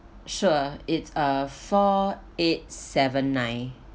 sure it's a four eight seven nine